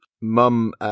Mum